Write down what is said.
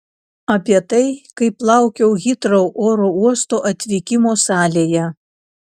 apie tai kaip laukiau hitrou oro uosto atvykimo salėje